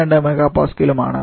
72 MPa ഉം ആണ്